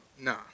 Nah